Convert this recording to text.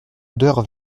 odeur